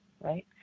right